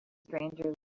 stranger